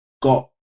got